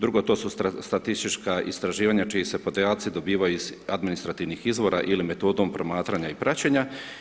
Drugo to su statistička istraživanja čiji se podaci dobivaju iz administrativnih izvora ili metodom promatranja i praćenja.